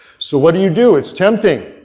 so what do you do it's tempting.